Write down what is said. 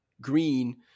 Green